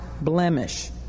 blemish